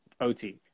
OT